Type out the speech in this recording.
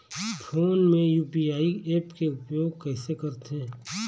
Phone मे UPI app के उपयोग कइसे करथे?